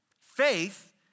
Faith